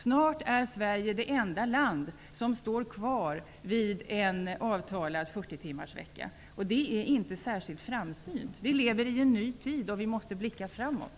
Snart är Sverige det enda land som står kvar vid en avtalad 40-timmarsvecka. Det är inte särskilt framsynt. Vi lever i en ny tid och måste blicka framåt.